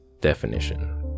Definition